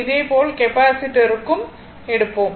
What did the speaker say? இதே போல் கெப்பாசிட்டருக்கும் எடுப்போம்